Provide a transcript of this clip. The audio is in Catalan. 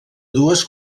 dues